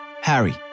Harry